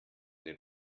den